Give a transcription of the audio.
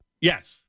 Yes